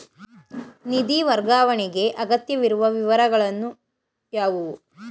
ನಿಧಿ ವರ್ಗಾವಣೆಗೆ ಅಗತ್ಯವಿರುವ ವಿವರಗಳು ಯಾವುವು?